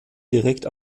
direkt